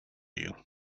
you